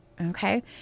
okay